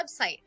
website